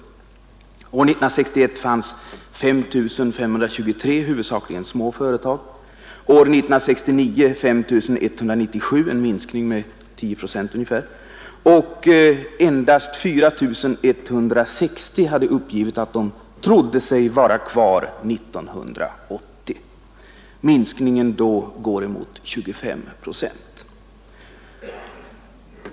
År 1961 fanns 5 523 huvudsakligen små företag, år 1969 5 197 — en minskning med 10 procent ungefär — och endast 4 160 hade uppgivit att de trodde sig vara kvar 1980. Minskningen ligger då inemot 25 procent.